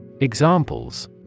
Examples